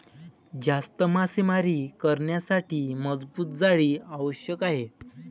जास्त मासेमारी करण्यासाठी मजबूत जाळी आवश्यक आहे